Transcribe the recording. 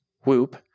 Whoop